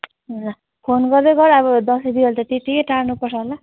ल फोन गर्दै गर अब दसैँ तिहार त त्यत्तिकै टार्नु पर्छ होला